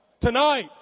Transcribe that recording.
Tonight